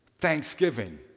thanksgiving